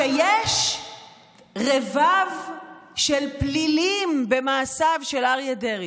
שיש רבב של פלילים במעשיו של אריה דרעי.